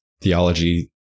theology